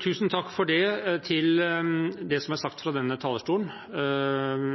Tusen takk for det som er sagt fra denne talerstolen.